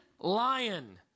lion